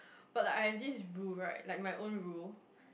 but like I have this rule right like my own rule